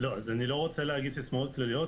אני לא רוצה להגיד סיסמאות כלליות,